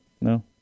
no